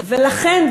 ולכן,